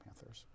Panthers